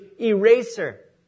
eraser